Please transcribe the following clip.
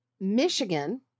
Michigan